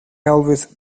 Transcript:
always